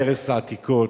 הרס העתיקות,